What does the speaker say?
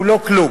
אם לא לכולם.